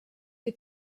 gei